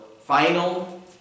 final